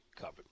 covered